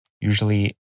usually